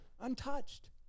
Untouched